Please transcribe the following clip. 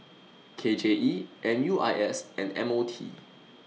K J E M U I S and M O T